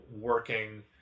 working